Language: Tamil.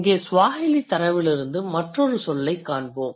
இங்கே Swahili தரவிலிருந்து மற்றொரு சொல்லை காண்போம்